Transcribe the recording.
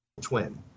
twin